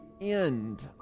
end